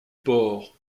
porc